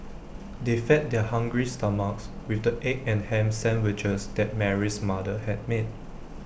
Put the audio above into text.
they fed their hungry stomachs with the egg and Ham Sandwiches that Mary's mother had made